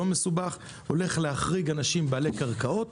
הוא הולך להחריג אנשים בעלי קרקעות